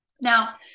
Now